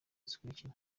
zikurikira